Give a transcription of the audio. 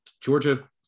georgia